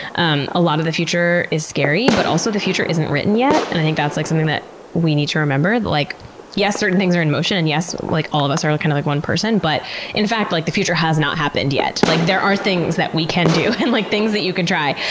um a lot of the future is scary, but also the future isn't written yet. and i think that's like something that we need to remember. like yes, certain things are in motion and yes, like all of us are kind of like and like one person, but in fact like the future has not happened yet. like there are things that we can do, and like things that you can try,